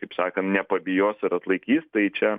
kaip sakant nepabijos ir atlaikys tai čia